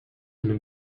eine